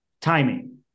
timing